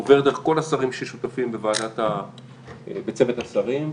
עובר דרך כל השרים ששותפים בצוות השרים,